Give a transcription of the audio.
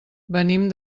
venim